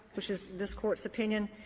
which is this court's opinion,